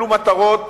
אלו מטרות